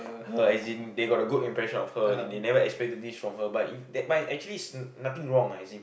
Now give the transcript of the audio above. her as in they got a good impression of her and they never expected this from her but i~ but in actually nothing wrong as in